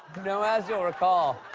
now, as you'll recall,